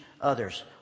others